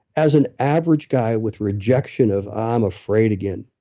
as an average guy with rejection of, i'm afraid again.